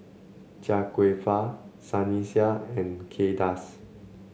Chia Kwek Fah Sunny Sia and Kay Das